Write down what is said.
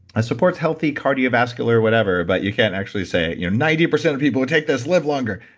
ah supports healthy cardiovascular, whatever, but you can't actually say, ninety percent of people who take this live longer,